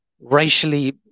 racially